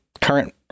current